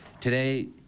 Today